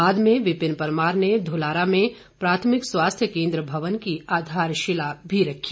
बाद में विपिन परमार ने धुलारा में प्राथमिक स्वास्थ्य केंद्र भवन की आधारशिला भी रखी